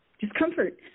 discomfort